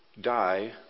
die